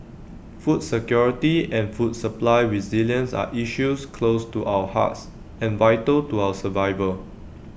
food security and food supply resilience are issues close to our hearts and vital to our survival